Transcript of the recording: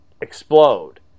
explode